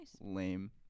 Lame